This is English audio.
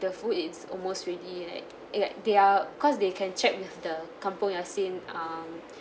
the food is almost ready like it like they're cause they can check with the kampung yassin um